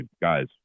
guys